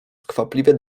skwapliwie